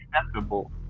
acceptable